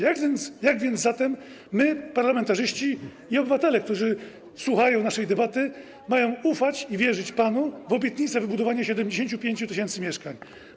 Jak więc zatem my, parlamentarzyści i obywatele, którzy słuchają naszej debaty, mamy ufać i wierzyć panu w obietnicę wybudowania 75 tys. mieszkań?